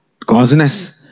causeness